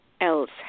else